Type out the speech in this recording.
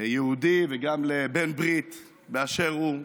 ליהודים וגם לבן ברית באשר הוא.